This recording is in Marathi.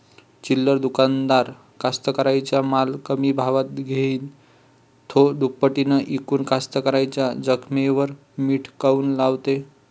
चिल्लर दुकानदार कास्तकाराइच्या माल कमी भावात घेऊन थो दुपटीनं इकून कास्तकाराइच्या जखमेवर मीठ काऊन लावते?